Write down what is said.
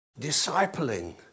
discipling